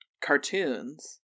cartoons